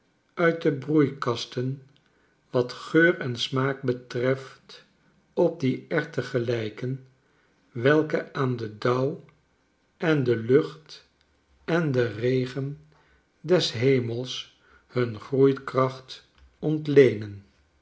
uit de broeikasten watgeur en smaak betreft op die erwten gelijken welke aan den dauw en de lucht en den regen des hemels hun groeikracht ontleenen